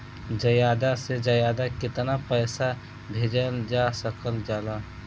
ज्यादा से ज्यादा केताना पैसा भेजल जा सकल जाला?